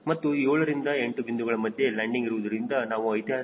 ಮತ್ತು 7 ರಿಂದ 8 ಬಿಂದುಗಳ ಮಧ್ಯೆ W8W7 ಲ್ಯಾಂಡಿಂಗ್ಇರುವುದರಿಂದ ನಾವು ಐತಿಹಾಸಿಕ ಮಾಹಿತಿ 0